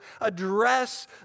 address